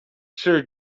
sir